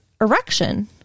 erection